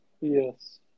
Yes